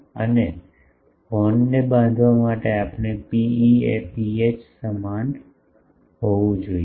અને હોર્ન ને બાંધવા માટે આપણે Pe એ પીએચ સમાન હોવું જોઈએ